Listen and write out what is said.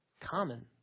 common